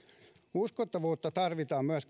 uskottavuutta tarvitaan myös